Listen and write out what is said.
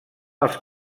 els